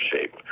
shape